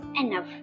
enough